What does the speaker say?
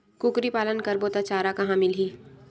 कुकरी पालन करबो त चारा कहां मिलही?